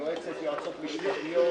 יועצות משפטיות,